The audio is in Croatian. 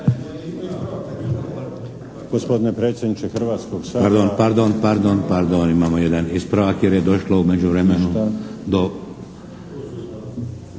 Gospodine predsjedniče Hrvatskoga sabora! **Šeks, Vladimir (HDZ)** Pardon, imamo jedan ispravka jer je došlo u međuvremenu.